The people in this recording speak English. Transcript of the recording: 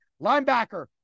Linebacker